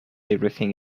everything